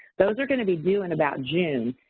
those are gonna be due in about june.